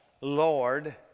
Lord